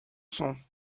son